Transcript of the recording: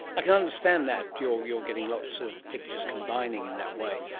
i can understand that, you're you're getting lots of pictures combining in that way,